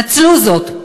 נצלו זאת.